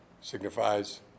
signifies